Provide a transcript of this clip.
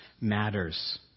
matters